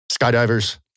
skydivers